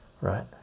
right